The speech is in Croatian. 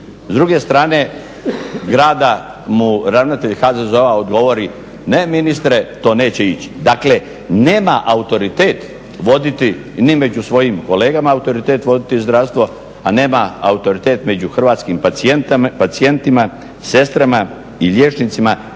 s druge strane grada mu ravnatelj HZZO-a odgovori, ne ministre to neće ići. Dakle nema autoritet voditi ni među svojim kolegama autoritet voditi zdravstvo, a nema autoritet među hrvatskim pacijentima, sestrama i liječnicima,